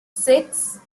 six